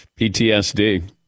PTSD